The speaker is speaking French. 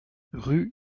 rue